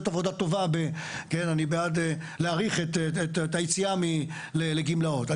עבודה טובה ואז אני בעד להאריך את תאריך היציאה לגמלאות.